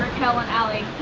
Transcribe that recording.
kel and ally.